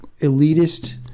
elitist